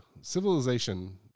civilization